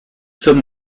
sommes